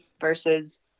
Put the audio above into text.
versus